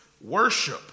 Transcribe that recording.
worship